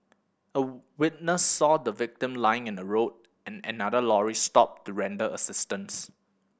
a witness saw the victim lying in the road and another lorry stopped to render assistance